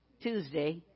Tuesday